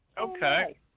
Okay